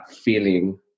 feeling